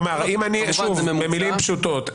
כלומר במילים פשוטות,